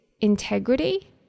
integrity